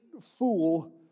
fool